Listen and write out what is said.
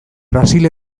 brasil